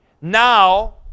now